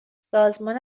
سازمان